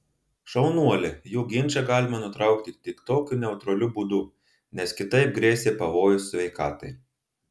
šaunuolė jų ginčą galima nutraukti tik tokiu neutraliu būdu nes kitaip grėsė pavojus sveikatai